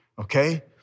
okay